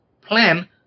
plan